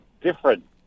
different